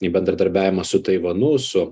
į bendradarbiavimą su taivanu su